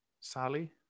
Sally